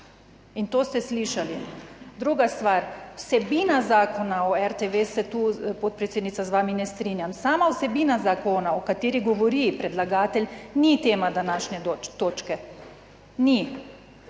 in to ste slišali. Druga stvar. Vsebina Zakona o RTV, se tu podpredsednica z vami ne strinjam, sama vsebina zakona o kateri govori predlagatelj, ni tema današnje točke. Ni.